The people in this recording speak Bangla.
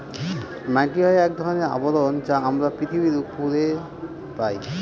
মাটি হয় এক ধরনের আবরণ যা আমরা পৃথিবীর উপরে পায়